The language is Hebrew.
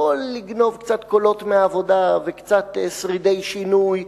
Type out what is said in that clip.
לא לגנוב קצת קולות מהעבודה וקצת שרידי שינוי.